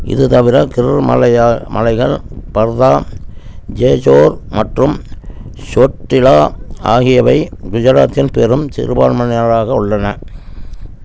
இது தவிர கிர் மலை மலைகள் பர்தா ஜெசோர் மற்றும் சோட்டிலா ஆகியவை குஜராத்தின் பெரும் சிறுபான்மையினராக உள்ளன